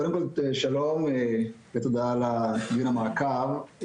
קודם כל שלום ותודה על דיון המעקב.